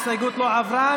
ההסתייגות לא עברה.